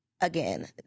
again